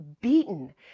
beaten